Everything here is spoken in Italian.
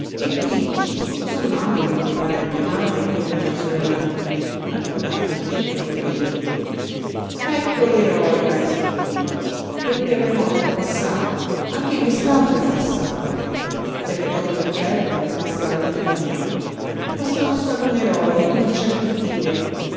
e quindici tutto sommato con mio padre e mia madre e una mia sorella nubile al cui mantenimento provvedo io ecco l'eroe cari signori quel terremoto è passato anche quest'altro è passato terremoto perpetuo è rimasta la vita mia ma sono stato un eroe non c'è che dire